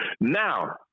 Now